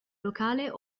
locale